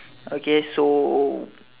okay so